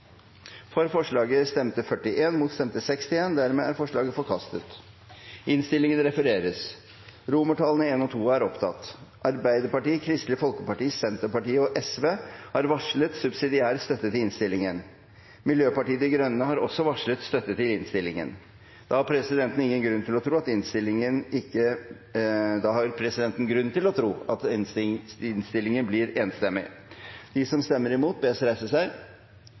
Folkeparti. Forslaget lyder: «Stortinget ber regjeringen vurdere opprettelse av et eget varslerombud eller en egen varslerenhet hos Arbeidstilsynet.» Arbeiderpartiet, Sosialistisk Venstreparti og Miljøpartiet De Grønne har varslet støtte til forslaget. Arbeiderpartiet, Kristelig Folkeparti, Senterpartiet og Sosialistisk Venstreparti har varslet subsidiær støtte til innstillingen. Miljøpartiet De Grønne har også varslet støtte til innstillingen. Da har presidenten grunn til å tro at innstillingen blir enstemmig